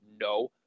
No